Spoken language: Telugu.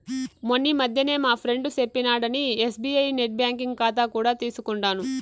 మొన్నీ మధ్యనే మా ఫ్రెండు సెప్పినాడని ఎస్బీఐ నెట్ బ్యాంకింగ్ కాతా కూడా తీసుకుండాను